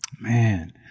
Man